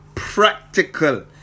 practical